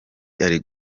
ari